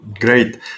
Great